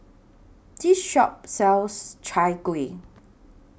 This Shop sells Chai Kuih